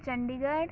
Chandigarh